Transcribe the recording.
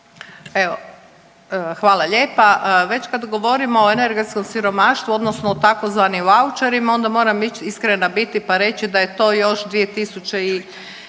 Evo hvala lijepa. Već kad govorimo o energetskom siromaštvu, odnosno o tzv. vaučerima, onda moram iskrena biti pa reći da je to još 2011.